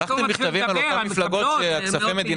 שלחתם מכתבים על אותן מפלגות שהכספי מדינה